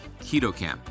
ketocamp